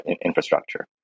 infrastructure